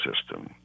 system